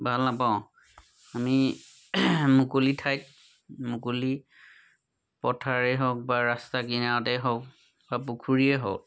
ভাল নাপাওঁ আমি মুকলি ঠাইত মুকলি পথাৰেই হওক বা ৰাস্তাৰ কিনাৰতে হওক বা পুখুৰীয়ে হওক